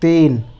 تین